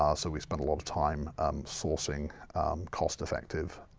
um so we spent a lot of time sourcing cost effective